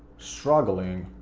struggling